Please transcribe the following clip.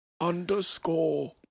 underscore